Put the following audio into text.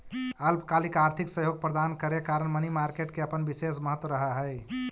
अल्पकालिक आर्थिक सहयोग प्रदान करे कारण मनी मार्केट के अपन विशेष महत्व रहऽ हइ